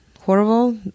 horrible